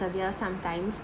persevere some times